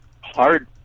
hard